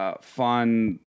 fun